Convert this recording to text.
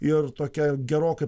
ir tokia gerokai